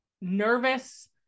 nervous